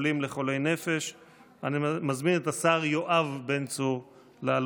בפברואר 2023. הסעיף הראשון על סדר-היום, שאילתות